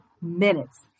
minutes